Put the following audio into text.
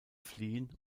fliehen